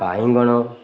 ବାଇଗଣ